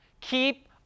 Keep